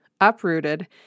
Uprooted